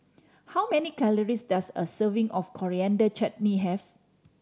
how many calories does a serving of Coriander Chutney have